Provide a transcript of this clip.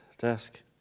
desk